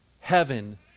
heaven